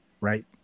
right